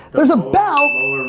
there's a bell.